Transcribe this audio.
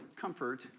Comfort